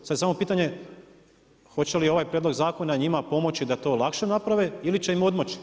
Sad je samo pitanje hoće li ovaj prijedlog zakona njima pomoći da to lakše naprave ili će im odmoći?